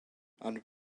and